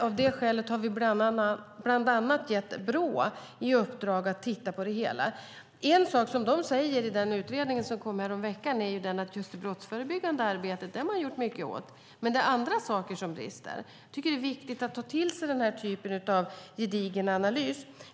Av det skälet har vi bland annat gett Brå i uppdrag att titta på det hela. En sak som de säger i den utredning som kom häromveckan är att man har gjort mycket åt det brottsförebyggande arbetet, men att det är andra saker som brister. Jag tycker att det är viktigt att ta till sig den här typen av gedigen analys.